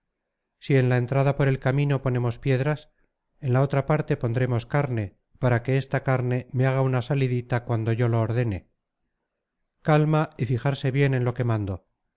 si en la entrada por el camino ponemos piedras en la otra parte pondremos carne para que esta carne me haga una salidita cuando yo lo ordene calma y fijarse bien en lo que mando